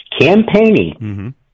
campaigning